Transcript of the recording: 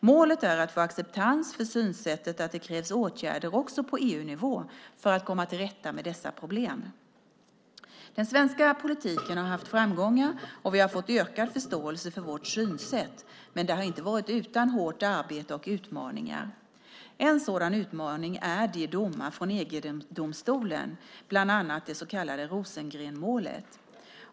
Målet är att få acceptans för synsättet att det krävs åtgärder också på EU-nivå för att komma till rätta med dessa problem. Den svenska politiken har haft framgångar. Vi har fått ökad förståelse för vårt synsätt, men det har inte varit utan hårt arbete och utmaningar. En sådan utmaning är de domar från EG-domstolen, bland annat det så kallade Rosengrensmålet.